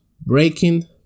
breaking